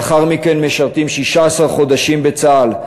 לאחר מכן משרתים 16 חודשים בצה"ל,